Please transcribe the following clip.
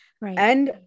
Right